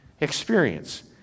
experience